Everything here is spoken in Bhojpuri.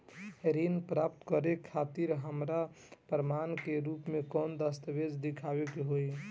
ऋण प्राप्त करे खातिर हमरा प्रमाण के रूप में कौन दस्तावेज़ दिखावे के होई?